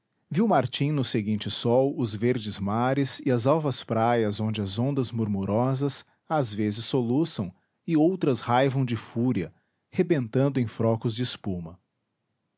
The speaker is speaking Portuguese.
viu martim no seguinte sol os verdes mares e as alvas praias onde as ondas murmurosas às vezes soluçam e outras raivam de fúria rebentando em frocos de espuma